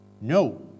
No